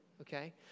Okay